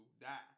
die